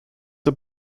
der